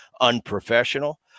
unprofessional